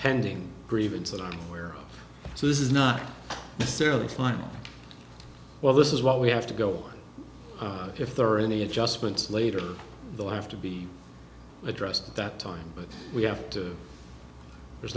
pending grievance that i'm aware of so this is not necessarily final well this is what we have to go on if there are any adjustments later they'll have to be addressed at that time but we have to there's